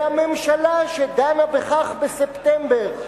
מהממשלה, שדנה בכך בספטמבר.